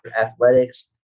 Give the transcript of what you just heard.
athletics